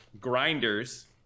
grinders